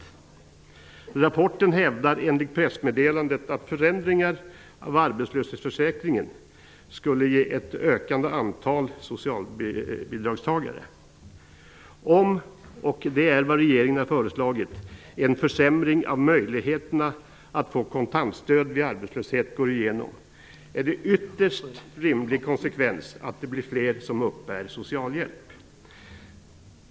I rapporten hävdas enligt pressmeddelandet att förändringar av arbetslöshetsförsäkringen skulle ge ett ökande antal socialbidragstagare. Om -- och det är vad regeringen har föreslagit -- en försämring av möjligheterna att få kontantstöd vid arbetslöshet går igenom, är det en ytterst rimlig konsekvens att det blir fler som uppbär socialhjälp.